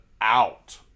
out